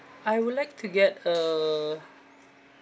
I would like to get a